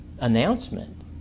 Announcement